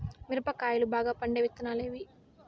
మిరప కాయలు బాగా పండే విత్తనాలు ఏవి